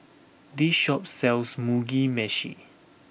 this shop sells Mugi Meshi